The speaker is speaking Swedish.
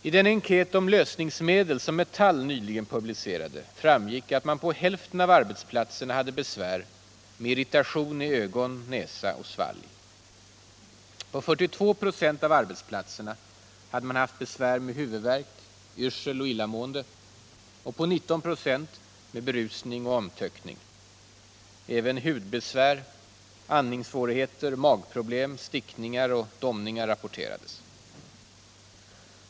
I den enkät om lösningsmedel som Metall nyligen publicerade framgick att man på hälften av arbetsplatserna hade besvär med irritation i ögon, näsa och svalg. På 42 26 av arbetsplatserna hade man haft besvär med huvudvärk, yrsel och illamående, och på 19 26 med berusning och omtöckning. Även hudbesvär, andningssvårigheter, magproblem, stickningar och domningar rapporterades.